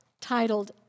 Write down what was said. titled